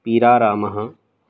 पीरारामः